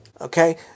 okay